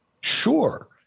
Sure